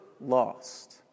lost